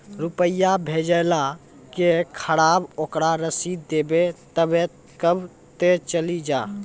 रुपिया भेजाला के खराब ओकरा रसीद देबे तबे कब ते चली जा?